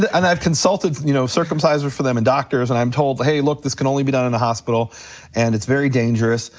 and i've consulted, you know, circumcisers for them, and doctors, and i'm told hey, look, this can only be done in a hospital and it's very dangerous,